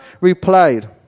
replied